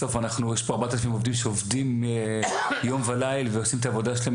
בסוף יש פה 4,000 עובדים שעובדים יום וליל ועושים את העבודה שלהם